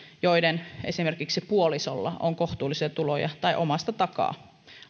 joiden puolisolla on kohtuullisia tuloja tai jos niitä on omasta takaa